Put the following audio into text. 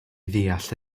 ddeall